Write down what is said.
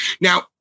Now